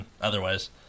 otherwise